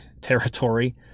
territory